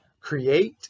create